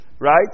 Right